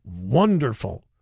Wonderful